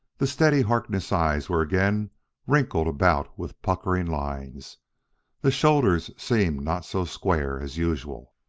the steady harkness eyes were again wrinkled about with puckering lines the shoulders seemed not so square as usual.